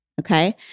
okay